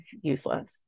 useless